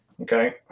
Okay